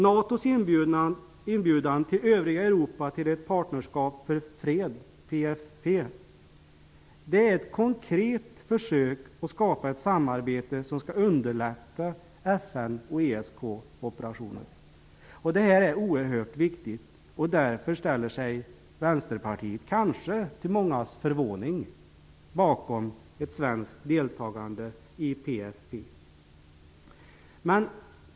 NATO:s inbjudan till övriga Europa till ett Partnerskap för fred, PFF, är ett konkret försök att skapa ett samarbete som skall underlätta FN och ESK operationer. Detta är oerhört viktigt, och därför ställer sig Vänsterpartiet -- kanske till mångas förvåning -- bakom ett svenskt deltagande i PFF.